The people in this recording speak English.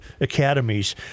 academies